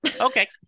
Okay